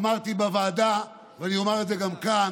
אמרתי בוועדה ואני אומר את זה גם כאן: